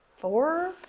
four